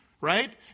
right